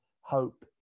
hope